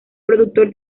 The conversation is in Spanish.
productor